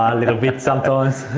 um little bit sometimes.